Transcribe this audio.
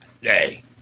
hey